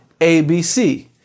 ABC